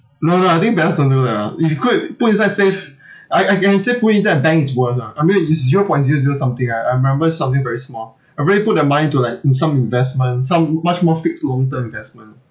no no I think parents don't do that ah if you could put inside safe I I can say put it inside a bank is worse ah I mean is zero point zero zero something I I remember something very small I rather put the money to like in some investments some much more fixed long term investment